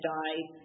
died